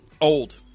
old